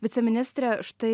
viceministre štai